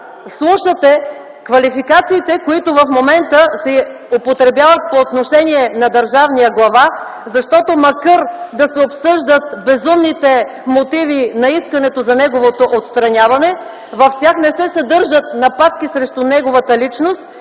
слушате квалификациите, които в момента се употребяват по отношение на държавния глава, защото макар да се обсъждат безумните мотиви на искането за неговото отстраняване, в тях не се съдържат нападки срещу неговата личност